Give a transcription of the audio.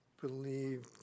believe